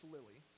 Lily